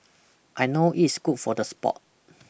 I know it's good for the sport